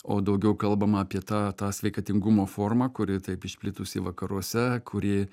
o daugiau kalbam apie tą tą sveikatingumo formą kuri taip išplitusi vakaruose kuri